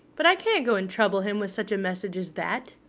but i can't go and trouble him with such a message as that.